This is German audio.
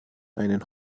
einen